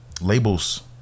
Labels